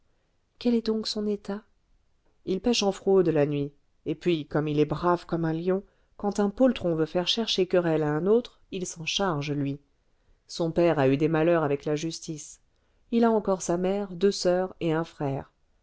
quel est donc son état il pêche en fraude la nuit et puis comme il est brave comme un lion quand un poltron veut faire chercher querelle à un autre il s'en charge lui son père a eu des malheurs avec la justice il a encore sa mère deux soeurs et un frère